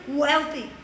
wealthy